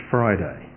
Friday